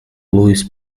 louis